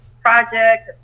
project